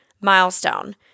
milestone